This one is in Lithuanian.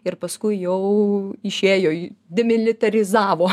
ir paskui jau išėjo į demilitarizavo